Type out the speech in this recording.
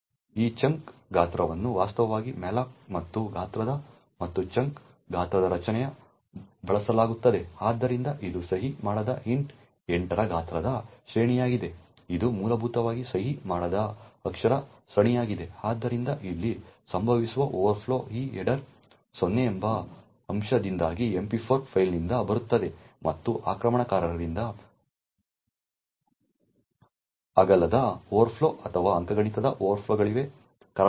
ಈ ಚಂಕ್ ಗಾತ್ರವನ್ನು ವಾಸ್ತವವಾಗಿ malloc ಮತ್ತು ಗಾತ್ರದ ಮತ್ತು ಚಂಕ್ ಗಾತ್ರದ ರಚನೆಗೆ ಬಳಸಲಾಗುತ್ತದೆ ಆದ್ದರಿಂದ ಇದು ಸಹಿ ಮಾಡದ ಇಂಟ್ 8 ರ ಗಾತ್ರದ ಶ್ರೇಣಿಯಾಗಿದೆ ಇದು ಮೂಲಭೂತವಾಗಿ ಸಹಿ ಮಾಡದ ಅಕ್ಷರ ಸರಣಿಯಾಗಿದೆ ಆದ್ದರಿಂದ ಇಲ್ಲಿ ಸಂಭವಿಸುವ ಓವರ್ಫ್ಲೋ ಈ ಹೆಡರ್ 0 ಎಂಬ ಅಂಶದಿಂದಾಗಿ MP4 ಫೈಲ್ನಿಂದ ಬರುತ್ತದೆ ಮತ್ತು ಆಕ್ರಮಣಕಾರರಿಂದ ಕುಶಲತೆಯಿಂದ ನಿರ್ವಹಿಸಲ್ಪಡುತ್ತದೆ ಆದ್ದರಿಂದ ಉದಾಹರಣೆಗೆ ಹೆಡರ್ನ ದೊಡ್ಡ ಮೌಲ್ಯವನ್ನು ಹೊಂದಿಸಬಹುದು ಮತ್ತು ಇದು ವಿವಿಧ ಪ್ಲಾಟ್ಫಾರ್ಮ್ಗಳಲ್ಲಿ ಅಗಲದ ಓವರ್ಫ್ಲೋ ಅಥವಾ ಅಂಕಗಣಿತದ ಓವರ್ಫ್ಲೋಗಳಿಗೆ ಕಾರಣವಾಗಬಹುದು